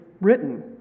written